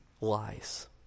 lies